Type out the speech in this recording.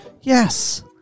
Yes